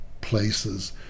places